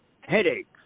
headaches